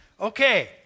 Okay